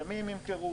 למי הם ימכרו,